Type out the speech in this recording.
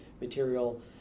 material